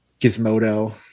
Gizmodo